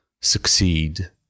succeed